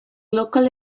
local